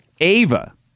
Ava